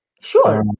Sure